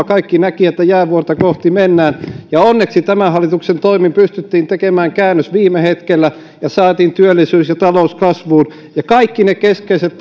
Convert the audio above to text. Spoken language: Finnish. kaikki näkivät että jäävuorta kohti mennään ja onneksi tämän hallituksen toimin pystyttiin tekemään käännös viime hetkellä ja saatiin työllisyys ja talous kasvuun ja kaikki ne keskeiset